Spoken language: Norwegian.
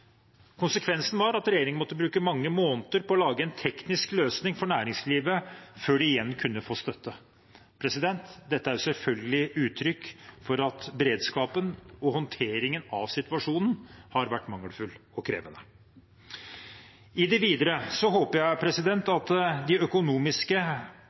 Konsekvensen var at regjeringen måtte bruke mange måneder på å lage en teknisk løsning for næringslivet før man igjen kunne få støtte. Dette er selvfølgelig uttrykk for at beredskapen og håndteringen av situasjonen har vært mangelfull og krevende. I det videre håper jeg